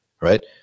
Right